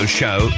show